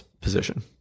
position